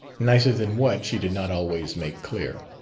nicer than what, she did not always make clear.